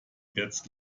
jetzt